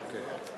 6997, 7014,